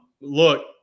Look